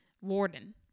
Warden